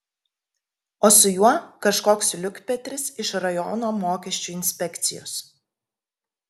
o su juo kažkoks liukpetris iš rajono mokesčių inspekcijos